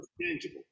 tangible